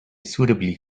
suitably